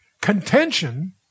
Contention